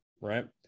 Right